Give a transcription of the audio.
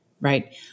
right